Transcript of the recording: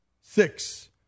Six